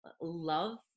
love